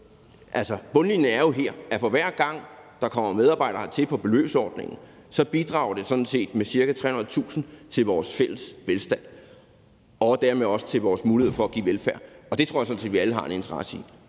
For bundlinjen her er jo, at det, for hver gang der kommer medarbejdere hertil på beløbsordningen, bidrager med ca. 300.000 kr. til vores fælles velstand og dermed også til vores mulighed for at give velfærd. Og det tror jeg sådan set vi alle har en interesse i.